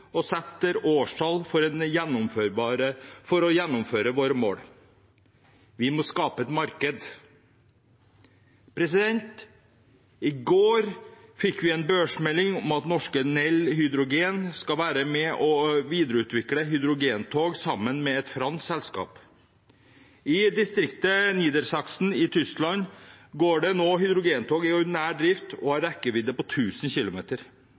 og setter årstall for å gjennomføre våre mål. Vi må skape et marked. I går fikk vi en børsmelding om at norske Nel Hydrogen skal være med og videreutvikle hydrogentog sammen med et fransk selskap. I distriktet Niedersachsen går det nå hydrogentog i ordinær drift som har en rekkevidde på 1 000 km. Nordlandsbanen, Rørosbanen og Raumabanen er jernbanestrekninger som helt klart venter på